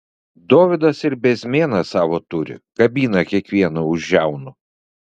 dovydas ir bezmėną savo turi kabina kiekvieną už žiaunų